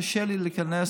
קשה לי להיכנס,